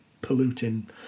polluting